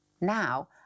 Now